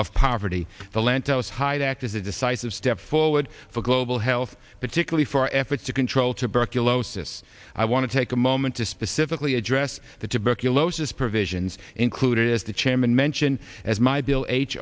of poverty the lentulus hyde act is a decisive step forward for global health particularly for efforts to control tuberculosis i want to take a moment to specifically address the tuberculosis provisions included as the chairman mentioned as my bill